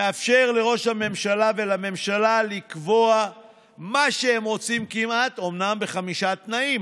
המאפשר לראש הממשלה ולממשלה לקבוע מה שהם רוצים אומנם בחמישה תנאים,